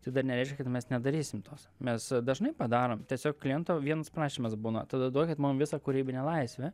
tai dar nereiškia kad mes nedarysim tos mes dažnai padarom tiesiog kliento vienas prašymas būna tada duokit mum visą kūrybinę laisvę